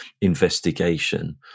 investigation